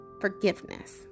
Forgiveness